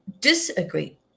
disagree